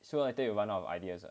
sooner or later you run out of ideas